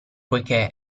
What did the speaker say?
poiché